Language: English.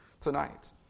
tonight